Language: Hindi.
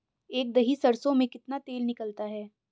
एक दही सरसों में कितना तेल निकलता है?